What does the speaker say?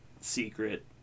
secret